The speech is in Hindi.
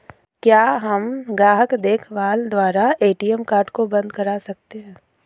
क्या हम ग्राहक देखभाल द्वारा ए.टी.एम कार्ड को बंद करा सकते हैं?